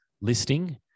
listing